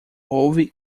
houve